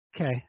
Okay